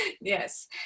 Yes